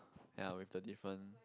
ya with the different